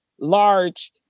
large